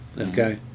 Okay